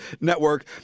Network